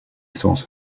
source